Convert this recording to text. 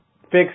fixed